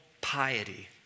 piety